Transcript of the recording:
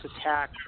attack